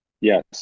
Yes